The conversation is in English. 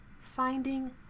Finding